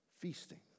feasting